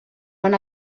van